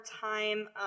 time